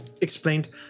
explained